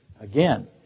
Again